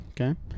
Okay